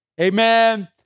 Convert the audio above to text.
amen